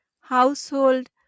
household